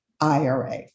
IRA